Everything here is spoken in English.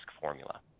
formula